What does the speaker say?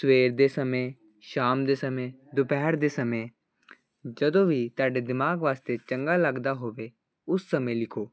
ਸਵੇਰ ਦੇ ਸਮੇਂ ਸ਼ਾਮ ਦੇ ਸਮੇਂ ਦੁਪਹਿਰ ਦੇ ਸਮੇਂ ਜਦੋਂ ਵੀ ਤੁਹਾਡੇ ਦਿਮਾਗ ਵਾਸਤੇ ਚੰਗਾ ਲੱਗਦਾ ਹੋਵੇ ਉਸ ਸਮੇਂ ਲਿਖੋ